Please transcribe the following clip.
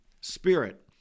spirit